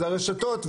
והרשתות,